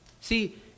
See